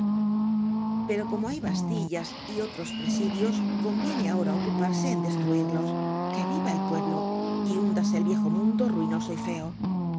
poro como hay bastillas y otros presidios conviene ahora ocuparse en destruirlos qué viva el pueblo y húndase ei viejo mundo ruinoso y feo